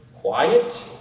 quiet